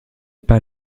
pas